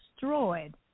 destroyed